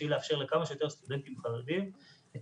בשביל לאפשר לכמה שיותר סטודנטים חרדים את